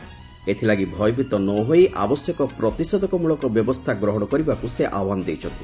ଏଥିଲାଗି ଭୟଭୀତ ନ ହୋଇ ଆବଶ୍ୟକ ପ୍ରତିଷେଧକମ୍ବଳକ ବ୍ୟବସ୍ଥା ଗ୍ରହଣ କରିବାକୁ ସେ ଆହ୍ୱାନ କରିଛନ୍ତି